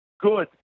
good